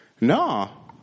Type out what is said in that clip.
No